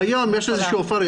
כיום יש איזה שהיא אופוריה,